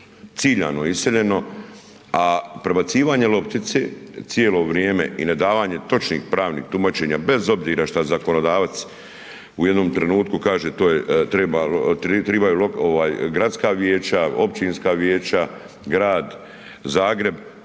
ciljano iseljeno a prebacivanje loptice cijelo vrijeme i ne davanje točnih pravnih tumačenja bez obzira šta zakonodavac u jednom trenutku kaže to trebaju gradska vijeća, općinska vijeća, grad Zagreb,